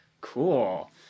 Cool